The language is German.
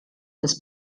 das